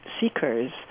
seekers